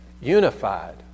unified